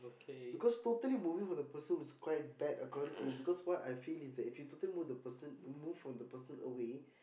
because totally moving from the person is quite bad according to him because what I feel is that if you totally move the person move from the person away